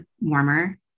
warmer